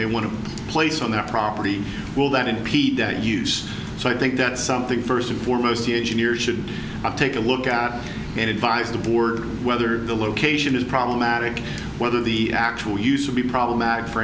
may want to place on their property will that impede the use so i think that something first and foremost the engineers should take a look at and advise the board whether the location is problematic whether the actual use will be problematic for